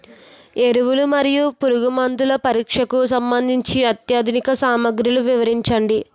ఎరువులు మరియు పురుగుమందుల పరీక్షకు సంబంధించి అత్యాధునిక సామగ్రిలు వివరించండి?